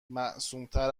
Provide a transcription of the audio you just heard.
معصومتر